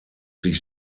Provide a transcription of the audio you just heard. sich